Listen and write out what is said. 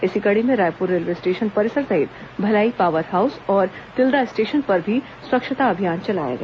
इसी कड़ी में रायपुर रेलवे स्टेशन परिसर सहित भिलाई पावर हाउस और तिल्दा स्टेशन पर भी स्वच्छता अभियान चलाया गया